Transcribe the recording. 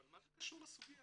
אבל מה זה קשור לסוגיה.